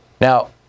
Now